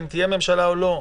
אם תהיה ממשלה או לא,